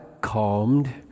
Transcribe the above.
calmed